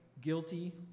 guilty